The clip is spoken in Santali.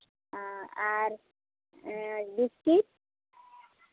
ᱟᱨ